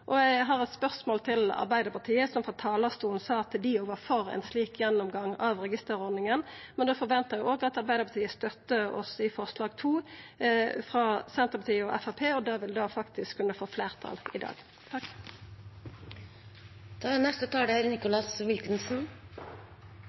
Eg vil seia til Arbeidarpartiet, som på talarstolen sa at dei òg var for ein slik gjennomgang av registerordninga, at eg forventar at dei støttar oss i forslag nr. 2, frå Senterpartiet og Framstegspartiet. Da vil det kunna få fleirtal i dag. Det er